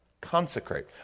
Consecrate